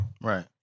right